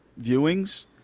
viewings